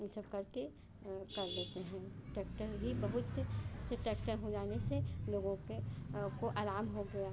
यह सब करके कर लेते हैं टैक्टर भी बहुत से टैक्टर हो जाने से लोगों पर को आराम हो गया